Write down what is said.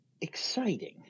exciting